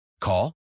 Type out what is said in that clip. Call